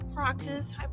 practice